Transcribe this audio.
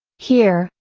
here,